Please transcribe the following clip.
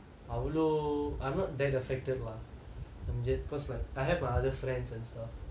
அவ்ளோ:avlo I'm not that affected lah because like I have other friends and stuff